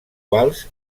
quals